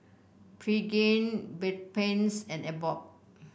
Pregain Bedpans and Abbott